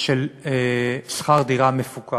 של שכר דירה מפוקח,